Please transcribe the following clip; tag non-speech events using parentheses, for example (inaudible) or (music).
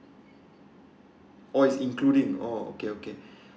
oh is including oh okay okay (breath)